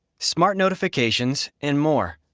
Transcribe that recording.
smart notifications and more.